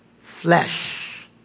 flesh